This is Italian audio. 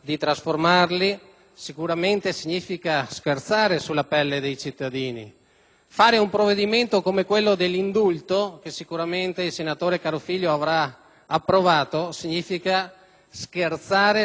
Fare un provvedimento come quello sull'indulto, che sicuramente il senatore Carofiglio avrà approvato, significa scherzare sulla sicurezza, sulla pelle di tutti quanti i cittadini italiani.